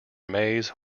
maize